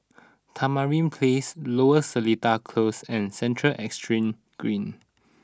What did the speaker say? Tamarind Place Lower Seletar Close and Central Exchange Green